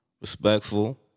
Respectful